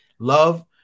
Love